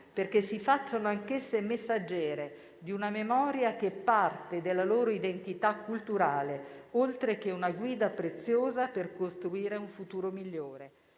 perché si facciano anch'esse messaggere di una memoria che è parte della loro identità culturale, oltre che una guida preziosa per costruire un futuro migliore,